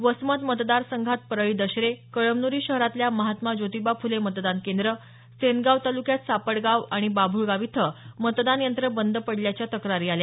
वसमत मतदार संघात परळी दशरे कळमनुरी शहरातल्या महात्मा ज्योतिबा फुले मतदान केंद्र सेनगाव तालुक्यात सापडगाव आणि बाभूळगाव इथे मतदान यंत्र बंद पडल्याच्या तक्रारी आल्या